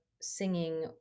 singing